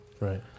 Right